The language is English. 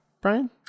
Brian